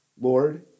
Lord